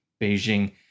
Beijing